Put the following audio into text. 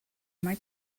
mai